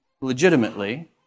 legitimately